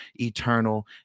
eternal